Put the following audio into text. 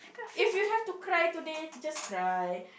if you have to cry today just cry